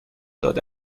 داده